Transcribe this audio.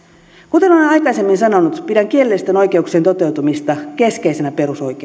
kuten olen aikaisemmin sanonut pidän kielellisten oikeuksien toteutumista keskeisenä perusoikeutena tehdyt